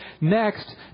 Next